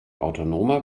autonomer